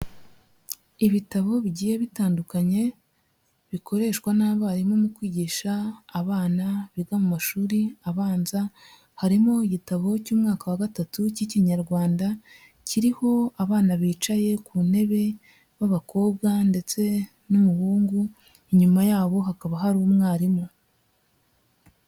Ibitabo bigiye bitandukanye bikoreshwa n'abarimu mu kwigisha abana biga mu mashuri abanza, harimo igitabo cy'umwaka wa gatatu k'ikinyarwanda kiriho abana bicaye ku ntebe b'abakobwa ndetse n'umuhungu, inyuma yabo hakaba hari umwarimu.